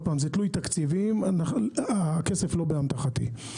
זה תלוי תקציבים והכסף לא באמתחתי.